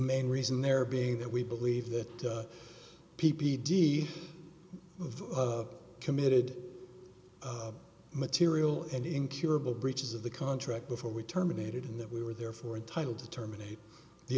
main reason there being that we believe that p p d committed material and incurable breaches of the contract before we terminated and that we were there for a title to terminate the